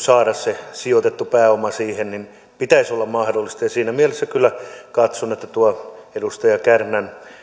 saada se sijoitettu pääoma siihen sen pitäisi olla mahdollista siinä mielessä kyllä katson että tuo edustaja kärnän